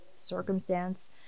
circumstance